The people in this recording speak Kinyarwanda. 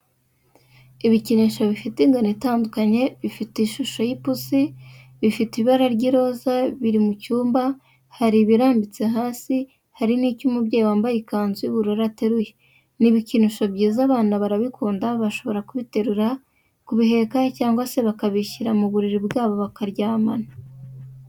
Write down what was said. Ibikinisho bifite ingano itandukanye bifite ishusho y'ipusi, bifite ibara ry'iroza, biri mu cyumba, hari ibirambitse hasi hari n'icyo umubyeyi wambaye ikanzu y'ubururu ateruye. Ni ibikinisho byiza, abana barabikunda bashobora kubiterura, kubiheka cyangwa se bakabishyira mu buriri bwabo bakaryamana.